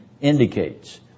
indicates